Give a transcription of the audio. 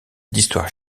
d’histoire